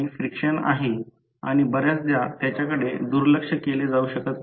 एक्सर जनित्र मध्ये बराच लांब रोटर असू शकतो